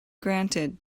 granted